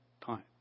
time